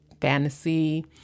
fantasy